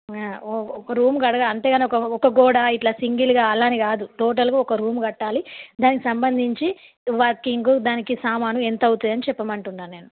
ఓ ఒక రూమ్ కడగ అంతే గానొక ఒక గోడ ఇట్లా సింగిల్గా అలా అని కాదు టోటల్గా ఒక రూమ్ కట్టాలి దానికి సంబంధించి వర్కింగు దానికి సామాను ఎంతవుతుందని చెప్పమంటున్నా నేను